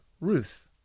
Ruth